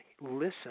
listen